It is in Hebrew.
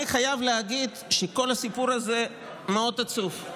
אני חייב להגיד שכל הסיפור הזה מאוד עצוב,